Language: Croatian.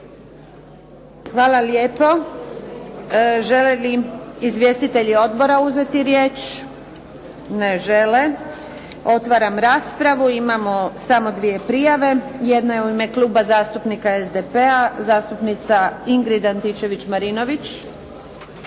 Hvala lijepo. Žele li izvjestitelji odbora uzeti riječ? Ne žele. Otvaram raspravu. Imamo samo dvije prijave. Jedna je u ime Kluba zastupnika SDP-a zastupnica Ingrid Antičević-Marinović.